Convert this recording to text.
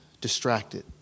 distracted